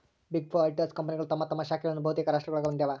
big four auditors ಕಂಪನಿಗಳು ತಮ್ಮ ತಮ್ಮ ಶಾಖೆಗಳನ್ನು ಬಹುತೇಕ ರಾಷ್ಟ್ರಗುಳಾಗ ಹೊಂದಿವ